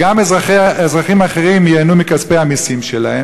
גם אזרחים אחרים ייהנו מכספי המסים שלהם.